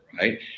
right